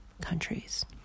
countries